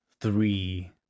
three